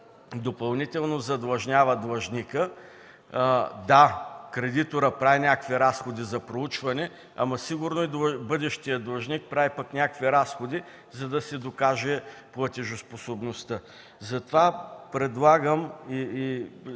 задлъжнява длъжника. Да, кредиторът прави някакви разходи за проучване, ама сигурно и бъдещият длъжник прави пък някакви разходи, за да си докаже платежоспособността, затова предлагам и